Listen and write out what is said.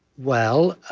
well, ah